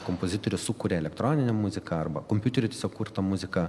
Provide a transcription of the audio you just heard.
kompozitorius sukuria elektroninę muziką arba kompiuteriu tiesiog kurtą muziką